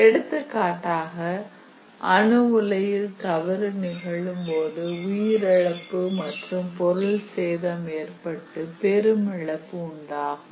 எடுத்துக்காட்டாக அணு உலையில் தவறு நிகழும் போது உயிரிழப்பு மற்றும் பொருள் சேதம் ஏற்பட்டு பெரும் இழப்பு உண்டாகும்